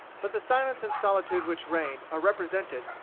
but the silence and solitude which reigned are represented,